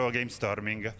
GameStorming